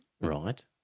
Right